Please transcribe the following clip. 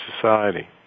society